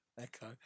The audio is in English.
echo